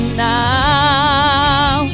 now